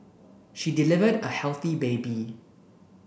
she delivered a healthy baby